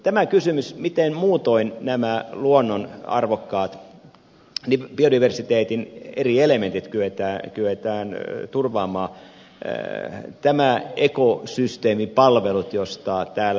tämä kysymys miten muutoin nämä luonnon arvokkaat biodiversiteetin eri elementit kyetään turvaamaan nämä ekosysteemipalvelut joista täällä ed